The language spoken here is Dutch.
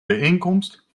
bijeenkomst